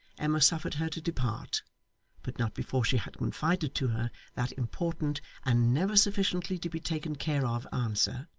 emma suffered her to depart but not before she had confided to her that important and never-sufficiently-to-be-taken-care-of answer,